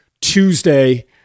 Tuesday